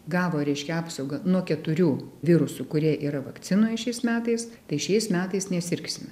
gavo reiškią apsaugą nuo keturių virusų kurie yra vakcinoj šiais metais tai šiais metais nesirgsime